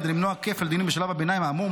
כדי למנוע כפל דינים בשלב הביניים האמור,